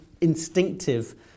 instinctive